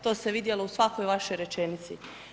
To se vidjeli u svakoj vašoj rečenici.